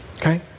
Okay